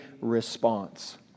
response